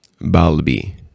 Balbi